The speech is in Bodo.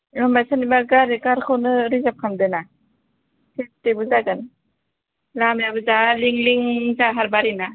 होम्बा सोरनिबा गारि कारखौनो रिजार्भ खालामदो ना सेफतिबो जागोन लामायाबो जा लिं लिं जाहारबारि ना